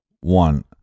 One